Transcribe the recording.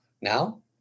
Now